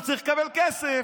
הוא צריך לקבל כסף.